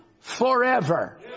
forever